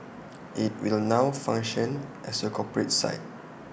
IT will now function as A corporate site